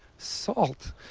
salt.